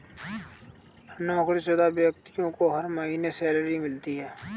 नौकरीशुदा व्यक्ति को हर महीने सैलरी मिलती है